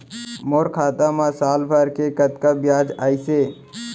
मोर खाता मा साल भर के कतका बियाज अइसे?